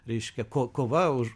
reiškia kova už